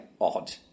odd